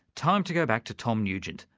time to go back to tom nugent,